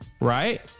Right